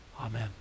Amen